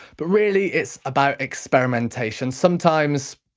but really it's about experimentation, sometimes